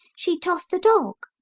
she tossed the dog.